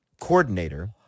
coordinator